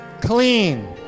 clean